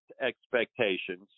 expectations